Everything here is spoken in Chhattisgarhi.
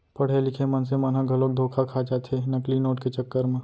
पड़हे लिखे मनसे मन ह घलोक धोखा खा जाथे नकली नोट के चक्कर म